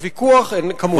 הוויכוח כמובן איננו,